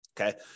Okay